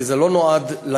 כי זה לא נועד לנצח,